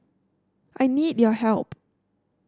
I need your help